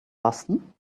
boston